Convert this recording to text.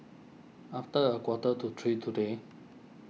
after a quarter to three today